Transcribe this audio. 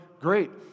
great